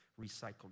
recycled